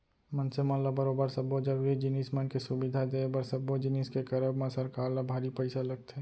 मनसे मन ल बरोबर सब्बो जरुरी जिनिस मन के सुबिधा देय बर सब्बो जिनिस के करब म सरकार ल भारी पइसा लगथे